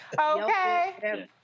Okay